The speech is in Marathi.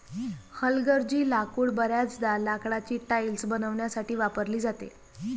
हलगर्जी लाकूड बर्याचदा लाकडाची टाइल्स बनवण्यासाठी वापरली जाते